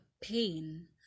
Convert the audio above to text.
pain